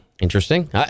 Interesting